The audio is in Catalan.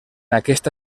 aquesta